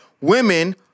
women